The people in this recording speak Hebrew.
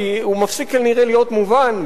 כי הוא מפסיק כנראה להיות מובן,